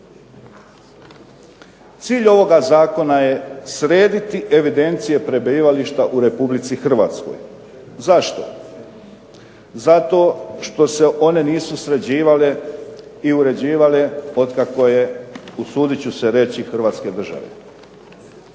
Cilj ovoga zakona je srediti evidencije prebivališta u Republici Hrvatskoj. Zašto? Zato što se one nisu sređivale i uređivale otkako je, usudit ću se reći, Hrvatske države.